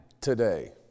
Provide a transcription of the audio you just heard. today